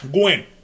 Gwen